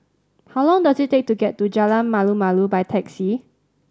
how long does it take to get to Jalan Malu Malu by taxi